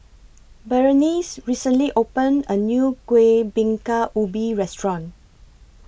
Berenice recently opened A New Kueh Bingka Ubi Restaurant